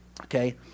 Okay